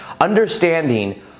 understanding